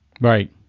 Right